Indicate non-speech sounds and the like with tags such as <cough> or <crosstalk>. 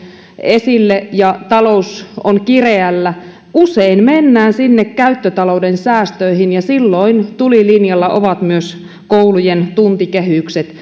esille ja talous on kireällä usein mennään sinne käyttötalouden säästöihin ja silloin tulilinjalla ovat myös koulujen tuntikehykset <unintelligible>